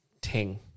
Ting